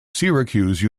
syracuse